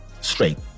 Straight